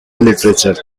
literature